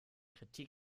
kritik